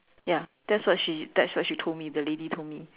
ya that's what she that's what she told me the lady told me